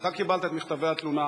אתה קיבלת את מכתבי התלונה,